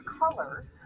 colors